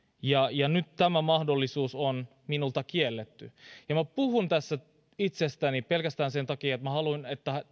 ja nyt tämä mahdollisuus on minulta kielletty puhun tässä itsestäni pelkästään sen takia että haluan